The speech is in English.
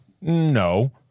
No